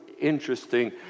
interesting